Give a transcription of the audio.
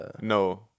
no